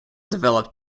developed